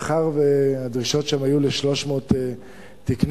מאחר שהדרישות שלהם היו ל-300 תקני